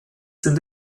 sind